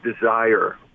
desire